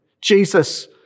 Jesus